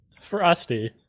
Frosty